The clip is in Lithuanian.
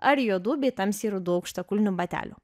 ar juodų bei tamsiai rudų aukštakulnių batelių